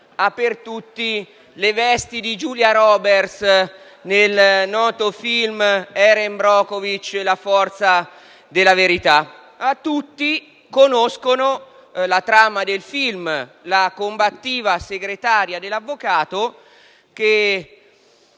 ha per tutti le vesti di Julia Roberts, nel noto film «Erin Brockovich - Forte come la verità». Tutti conoscono la trama del film, con la combattiva segretaria dell'avvocato che